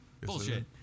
bullshit